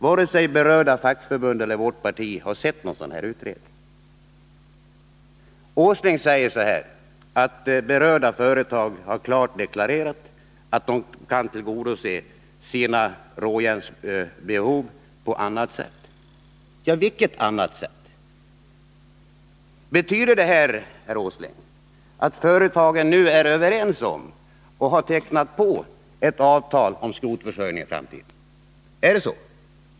Varken berörda fackförbund eller vårt parti har sett någon sådan utredning. Herr Åsling säger att berörda företag klart har deklarerat att de kan tillgodose sina råjärnsbehov på annat sätt. Vilket annat sätt? Betyder det här, herr Åsling, att företagen nu är överens och har skrivit på ett avtal om skrotförsörjningen i framtiden? Är det så?